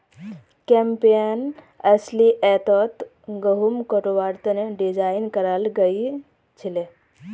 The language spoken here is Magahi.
कैम्पैन अस्लियतत गहुम कटवार तने डिज़ाइन कराल गएल छीले